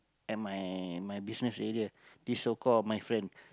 at my my business area this so call my friend